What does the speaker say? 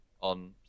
on